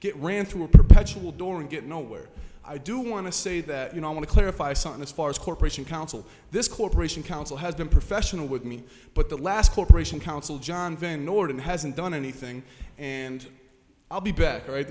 get ran through a perpetual door and get nowhere i do want to say that you know i want to clarify something as far as corporation council this corporation council has been professional with me but the last corporation council john van norden hasn't done anything and i'll be back all right